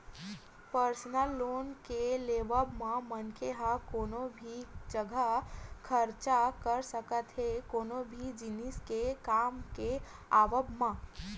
personal loan के लेवब म मनखे ह कोनो भी जघा खरचा कर सकत हे कोनो भी जिनिस के काम के आवब म